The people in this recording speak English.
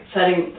Setting